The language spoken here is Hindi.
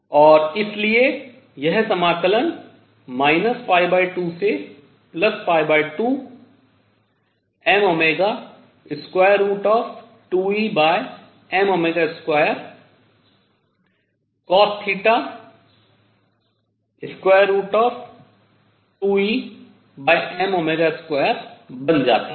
और इसलिए यह समाकल 2 से 2 mω2Em2 cosθ2Em2 बन जाता है